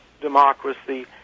democracy